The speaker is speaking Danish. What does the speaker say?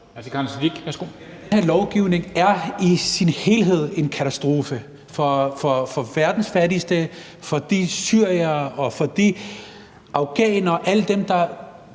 Den her lovgivning er i sin helhed en katastrofe for verdens fattigste, for de syrere, for de afghanere